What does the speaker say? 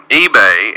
eBay